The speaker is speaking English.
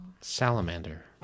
Salamander